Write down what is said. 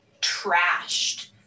trashed